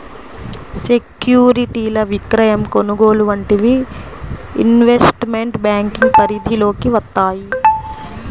సెక్యూరిటీల విక్రయం, కొనుగోలు వంటివి ఇన్వెస్ట్మెంట్ బ్యేంకింగ్ పరిధిలోకి వత్తయ్యి